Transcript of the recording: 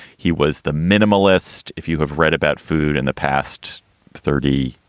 he was the minimalist. if you have read about food in the past thirty,